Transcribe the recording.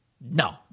no